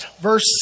Verse